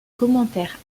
commentaires